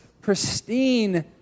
pristine